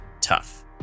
tough